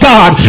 God